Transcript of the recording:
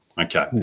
Okay